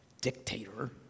dictator